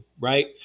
Right